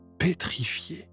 pétrifié